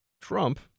Trump